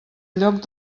lloc